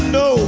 no